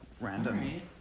random